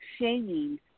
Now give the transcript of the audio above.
shaming